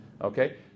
okay